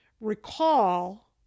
recall